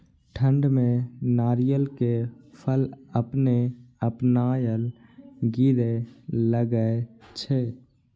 ठंड में नारियल के फल अपने अपनायल गिरे लगए छे?